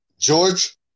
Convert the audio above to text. George